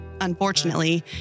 Unfortunately